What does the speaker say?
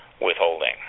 withholding